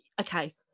okay